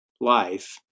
life